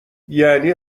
یعنی